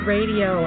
Radio